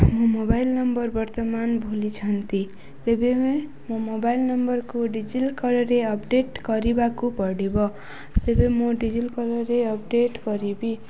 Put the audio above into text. ମୋ mobile number ବର୍ତ୍ତମାନ ଭୁଲିଛନ୍ତି ଏବେ ମୋ ମୋବାଇଲ୍ ନମ୍ବରକୁ ରେ ଅପଡ଼େଟ୍ କରିବାକୁ ପଡ଼ିବ ତେବେ ମୁଁ ରେ ଅପଡେଟ୍ କରିବି